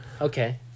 Okay